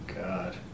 God